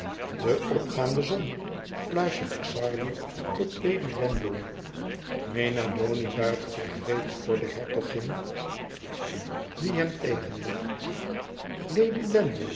de opgaande zon fluistert xardi tot lady danbury mena doni buigt zich reeds voor de hertogin die hem tegenlacht